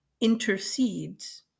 intercedes